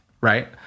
right